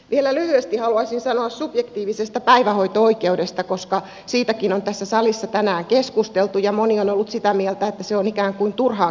vielä lyhyesti haluaisin sanoa subjektiivisesta päivähoito oikeudesta koska siitäkin on tässä salissa tänään keskusteltu ja moni on ollut sitä mieltä että se on ikään kuin turhaan käytettyä rahaa